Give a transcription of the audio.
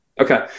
Okay